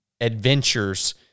adventures